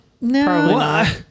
No